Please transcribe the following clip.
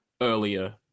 earlier